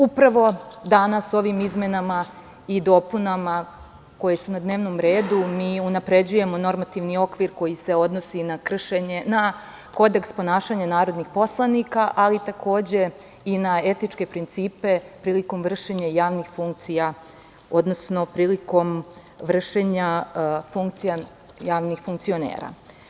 Upravo danas ovim izmenama i dopunama koje su na dnevnom redu mi unapređujemo normativni okvir koji se odnosi na Kodeks ponašanja narodnih poslanika, ali takođe i na etičke principe prilikom vršenja javnih funkcija, odnosno prilikom vršenja funkcija javnih funkcionera.